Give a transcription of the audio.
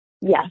Yes